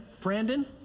Brandon